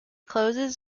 closes